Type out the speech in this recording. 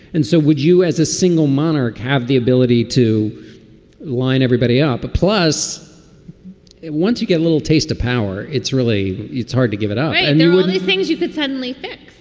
and so would you as a single monarch have the ability to line everybody up a plus once you get a little taste of power? it's really it's hard to give it out and there wouldn't be things you could suddenly fix.